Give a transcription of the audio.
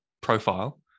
profile